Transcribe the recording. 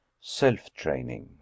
self-training